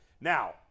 Now